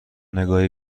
نگاهی